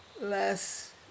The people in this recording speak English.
Less